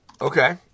Okay